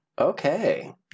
okay